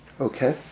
Okay